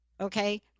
Okay